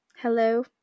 hello